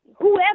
whoever